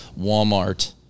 Walmart